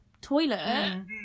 toilet